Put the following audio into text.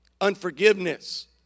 unforgiveness